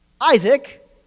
Isaac